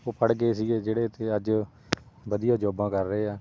ਉਹ ਪੜ੍ਹ ਗਏ ਸੀਗੇ ਜਿਹੜੇ ਅਤੇ ਅੱਜ ਵਧੀਆ ਜੋਬਾਂ ਕਰ ਰਹੇ ਆ